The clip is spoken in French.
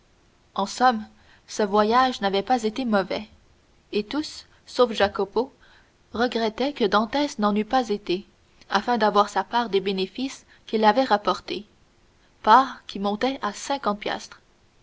en somme ce voyage n'avait pas été mauvais et tous et surtout jacopo regrettaient que dantès n'en eût pas été afin d'avoir sa part des bénéfices qu'il avait rapportés part qui montait à cinquante piastres